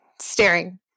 staring